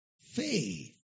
Faith